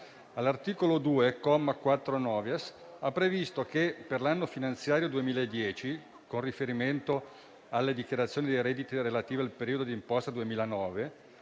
all'articolo 2, comma 4-*novies*, ha previsto che per l'anno finanziario 2010, con riferimento alle dichiarazioni dei redditi relative al periodo di imposta 2009,